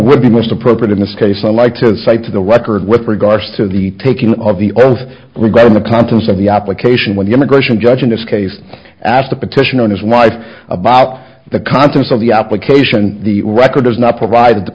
would be most appropriate in this case i like to cite to the record with regards to the taking of the oath regarding the contents of the application when the immigration judge in this case asked the petitioner on his wife about the contents of the application the record does not provide t